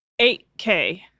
8k